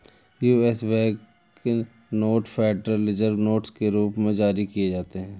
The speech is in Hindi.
US bank note federal reserve notes के रूप में जारी किए जाते हैं